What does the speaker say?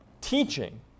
Teaching